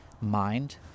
mind